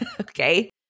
Okay